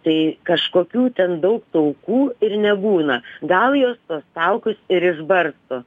tai kažkokių ten daug taukų ir nebūna gal jos tuos taukus ir išbarsto